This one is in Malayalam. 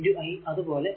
അതുപോലെ i 2